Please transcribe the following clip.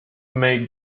make